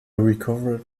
recovered